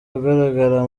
agaragara